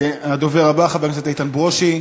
הדובר הבא, חבר הכנסת איתן ברושי.